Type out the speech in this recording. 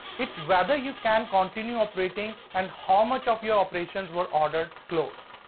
its whether you can continue operating and how much of your operations were ordered closed.